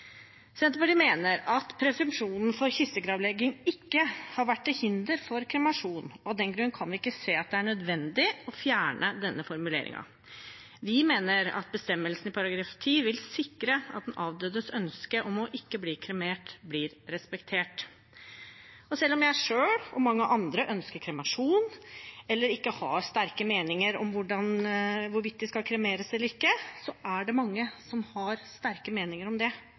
Senterpartiet mener at presumpsjonen for kistegravlegging ikke har vært til hinder for kremasjon, og av den grunn kan vi ikke se at det er nødvendig å fjerne denne formuleringen. Vi mener at bestemmelsen i § 10 vil sikre at avdødes ønske om ikke å bli kremert blir respektert. Selv om jeg selv og mange andre ønsker kremasjon eller ikke har sterke meninger om hvorvidt de skal kremeres eller ikke, er det mange som har sterke meninger om det